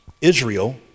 Israel